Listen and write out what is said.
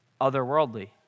otherworldly